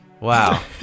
Wow